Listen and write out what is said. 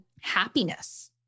happiness